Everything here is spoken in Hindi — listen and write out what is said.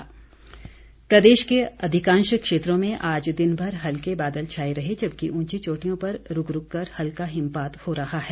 मौसम प्रदेश के अधिकांश क्षेत्रों में आज दिनभर हल्के बादल छाए रहे जबकि ऊंची चोटियों पर रूक रूक कर हल्का हिमपात हो रहा है